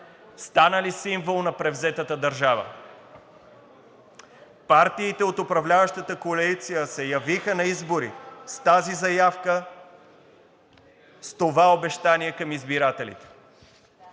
станали символ на превзетата държава. Партиите от управляващата коалиция се явиха на избори с тази заявка, с това обещание към избирателите.